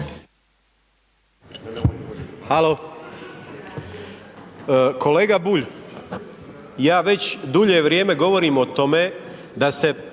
Hvala